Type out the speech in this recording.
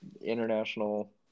international